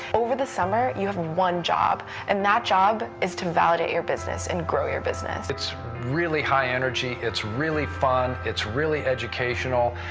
over the summer, you have one job. and that job is to validate your business and grow your business. it's really high energy, it's really fun, it's really educational.